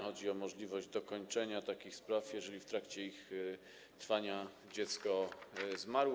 Chodzi o możliwość dokończenia takich spraw, jeżeli w trakcie ich trwania dziecko zmarło.